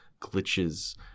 glitches